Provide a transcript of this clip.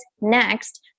Next